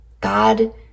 god